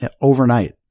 overnight